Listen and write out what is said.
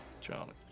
Charlie